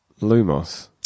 Lumos